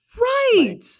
Right